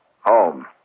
Home